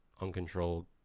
uncontrolled